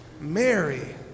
Mary